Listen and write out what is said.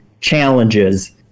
challenges